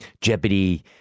jeopardy